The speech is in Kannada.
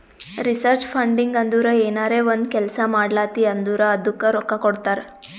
ರಿಸರ್ಚ್ ಫಂಡಿಂಗ್ ಅಂದುರ್ ಏನರೇ ಒಂದ್ ಕೆಲ್ಸಾ ಮಾಡ್ಲಾತಿ ಅಂದುರ್ ಅದ್ದುಕ ರೊಕ್ಕಾ ಕೊಡ್ತಾರ್